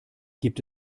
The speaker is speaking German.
gibt